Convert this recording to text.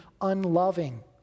unloving